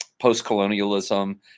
post-colonialism